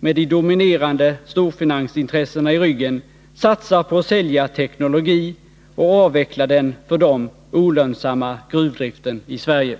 med de dominerande storfinansintressena i ryggen satsar på att sälja teknologi och avveckla den för dem olönsamma gruvdriften i Sverige.